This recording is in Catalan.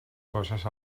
coses